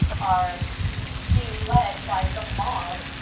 are being led by the mob,